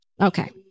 Okay